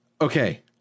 Okay